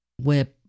web